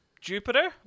Jupiter